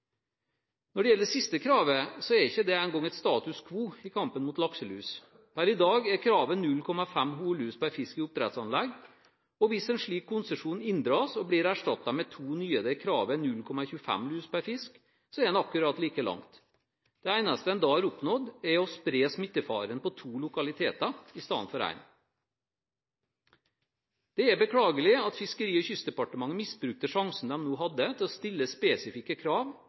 Når det gjelder det siste kravet, er ikke dette en gang et status quo i kampen mot lakselus. Per i dag er kravet 0,5 hunnlus per fisk i oppdrettsanlegg. Hvis en slik konsesjon inndras og blir erstattet med to nye der kravet er 0,25 lus per fisk, er en akkurat like langt. Det eneste en da har oppnådd, er å spre smittefaren på to lokaliteter i stedet for én. Det er beklagelig at Fiskeri- og kystdepartementet misbrukte sjansen de hadde til å stille spesifikke krav